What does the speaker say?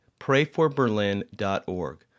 PrayForBerlin.org